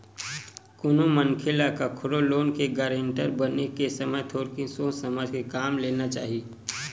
कोनो मनखे ल कखरो लोन के गारेंटर बने के समे थोरिक सोच समझ के काम लेना चाही